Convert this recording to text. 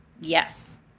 Yes